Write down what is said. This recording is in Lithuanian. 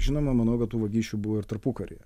žinoma manau kad tų vagysčių buvo ir tarpukaryje